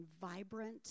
vibrant